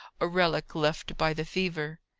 a relic left by the fever.